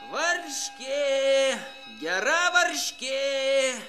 varškė gera varškė